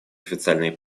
официальной